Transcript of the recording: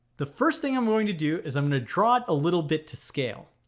the first thing i'm going to do is i'm going to draw it a little bit to scale.